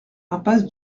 impasse